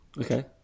Okay